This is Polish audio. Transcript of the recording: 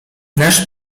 nasz